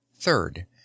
Third